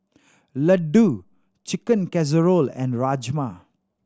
Ladoo Chicken Casserole and Rajma